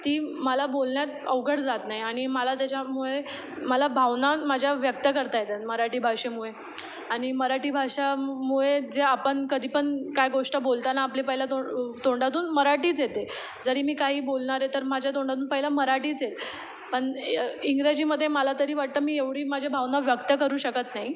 ती मला बोलण्यात अवघड जात नाही आणि मला त्याच्यामुळे मला भावना माझ्या व्यक्त करता येतात मराठी भाषेमुळे आणि मराठी भाषामुळे जे आपण कधी पण काही गोष्ट बोलताना आपली पहिल्या तो तोंडातून मराठीच येते जरी मी काही बोलणार आहे तर माझ्या तोंडातून पहिलं मराठीच येईल पण इ इंग्रजीमध्ये मला तरी वाटतं मी एवढी माझ्या भावना व्यक्त करू शकत नाही